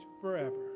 forever